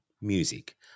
music